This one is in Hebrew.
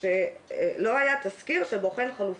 שלא היה תסקיר שבוחן חלופות.